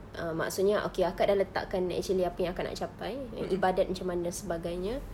err maksudnya okay akak sudah letakkan action apa yang akak nak capai ibadat macam mana dan sebagainya